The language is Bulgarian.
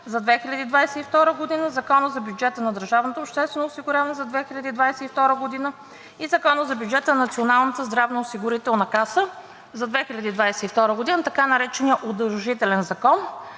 за 2022 г., Закона за бюджета на държавното обществено осигуряване за 2022 г. и Закона за бюджета на Националната здравноосигурителна каса за 2022 г. – така нареченият „удължителен закон“,